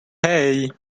hey